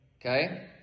Okay